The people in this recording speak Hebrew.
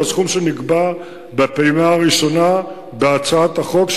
או הסכום שנקבע בפעימה הראשונה בהצעת החוק,